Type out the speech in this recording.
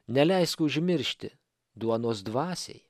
neleisk užmiršti duonos dvasiai